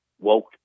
woke